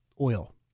oil